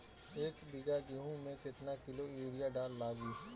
एक बीगहा गेहूं में केतना किलो युरिया लागी?